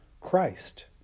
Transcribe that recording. Christ